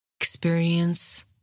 Experience